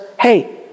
hey